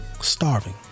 starving